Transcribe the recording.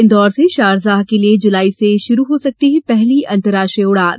इंदौर से शारजाह के लिये जुलाई से शुरू हो सकती है पहली अंतर्राष्ट्रीय उड़ान